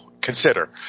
consider